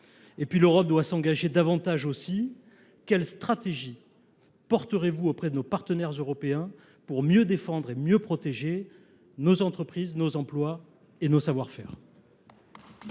En outre, l’Europe doit s’engager davantage. Quelle stratégie proposerez vous à nos partenaires européens pour mieux défendre et protéger nos entreprises, nos emplois et nos savoir faire ?